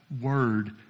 word